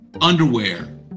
underwear